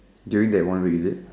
during that one week is it